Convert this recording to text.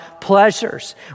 pleasures